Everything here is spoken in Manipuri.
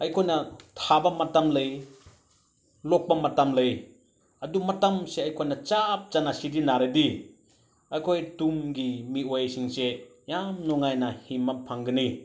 ꯑꯩꯈꯣꯏꯅ ꯊꯥꯕ ꯃꯇꯝ ꯂꯩ ꯂꯣꯛꯄ ꯃꯇꯝ ꯂꯩ ꯑꯗꯨ ꯃꯇꯝꯁꯦ ꯑꯩꯈꯣꯏꯅ ꯆꯞ ꯆꯥꯅ ꯁꯤꯖꯤꯟꯅꯔꯗꯤ ꯑꯩꯈꯣꯏ ꯇꯨꯡꯒꯤ ꯃꯤꯑꯣꯏꯁꯤꯡꯁꯦ ꯌꯥꯝ ꯅꯨꯡꯉꯥꯏꯅ ꯍꯤꯡꯕ ꯐꯪꯒꯅꯤ